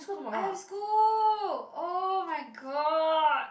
I have school oh-my-god